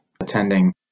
attending